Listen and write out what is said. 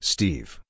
Steve